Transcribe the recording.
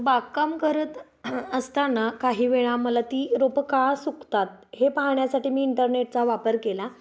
बागकाम करत असताना काही वेळा मला ती रोपं का सुकतात हे पाहण्यासाठी मी इंटरनेटचा वापर केला